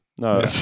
No